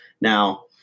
Now